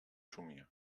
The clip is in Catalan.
somia